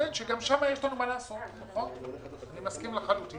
גם שם יש לנו מה לעשות, אני מסכים לחלוטין.